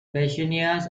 petunias